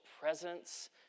presence